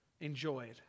enjoyed